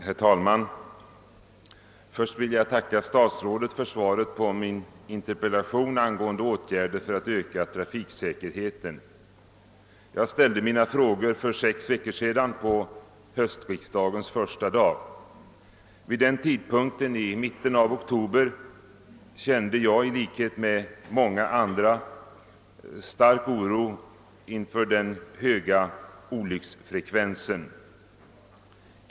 Herr talman! Jag vill först tacka statsrådet herr Lundkvist för svaret på min interpellation angående åtgärder för att öka trafiksäkerheten. Jag ställde mina frågor för sex veckor sedan, på höstriksdagens första dag. Vid denna tidpunkt, i mitten av oktober, kände jag i likhet med många andra stark oro inför den höga olycksfrekvensen.